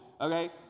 okay